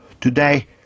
Today